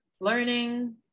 learning